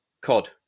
Cod